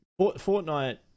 Fortnite